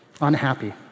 unhappy